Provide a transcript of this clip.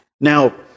Now